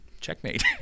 checkmate